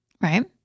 Right